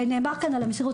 נאמר כאן על המסירות,